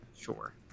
Sure